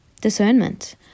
discernment